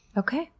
okay!